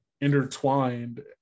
intertwined